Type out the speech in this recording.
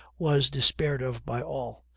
was despaired of by all.